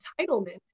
entitlement